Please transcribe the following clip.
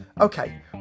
Okay